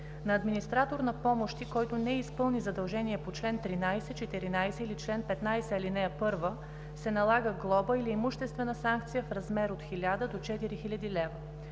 На администратор на помощ, който не изпълни задължение по чл. 13, 14 или чл. 15, ал. 1, се налага глоба или имуществена санкция в размер от 1000 до 4000 лв.